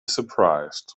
surprised